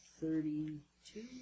Thirty-two